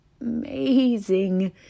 amazing